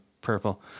purple